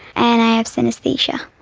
and i have synaesthesia.